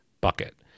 bucket